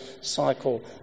cycle